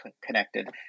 connected